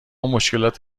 مشکلات